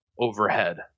overhead